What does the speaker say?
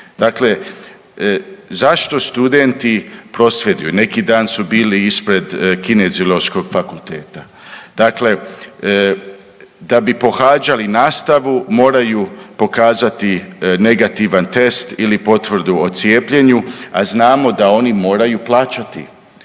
dakle zašto studenti prosvjeduju, neki dan su bili ispred Kineziološkog fakulteta. Dakle, da bi pohađali nastavu moraju pokazati negativan test ili potvrdu o cijepljenju, a znamo da oni moraju plaćati